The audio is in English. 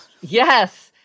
Yes